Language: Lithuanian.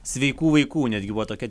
sveikų vaikų netgi buvo tokia